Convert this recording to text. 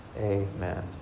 Amen